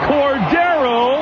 Cordero